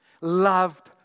Loved